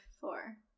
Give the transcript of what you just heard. four